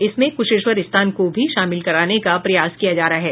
इसमें कुशेश्वर स्थान को भी शामिल कराने का प्रयास किया जा रहा है